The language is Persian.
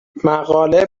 مقاله